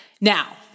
Now